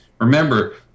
Remember